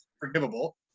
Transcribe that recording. forgivable